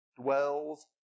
dwells